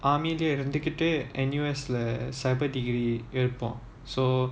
army ல இருந்து கிட்டே:la irunthu kitte N_U_S leh cyber degree எடுப்போம்:edupom so